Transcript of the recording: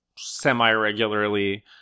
semi-regularly